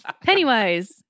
Pennywise